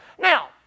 Now